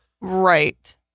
Right